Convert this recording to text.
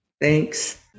thanks